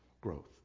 growth